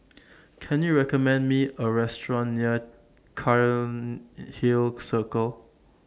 Can YOU recommend Me A Restaurant near Cairnhill Circle